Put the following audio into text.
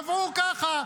קבעו ככה.